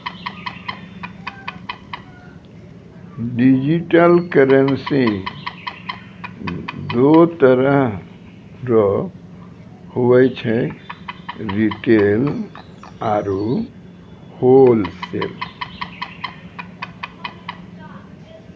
digital currency दो तरह रो हुवै छै रिटेल आरू होलसेल